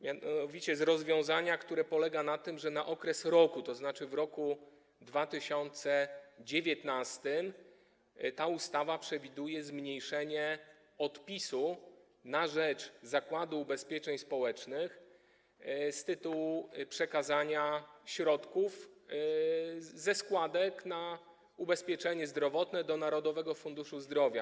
Mianowicie chodzi o rozwiązanie, które polega na tym, że przez okres roku, tzn. w roku 2019, ta ustawa przewiduje zmniejszenie odpisu na rzecz Zakładu Ubezpieczeń Społecznych z tytułu przekazania środków ze składek na ubezpieczenie zdrowotne do Narodowego Funduszu Zdrowia.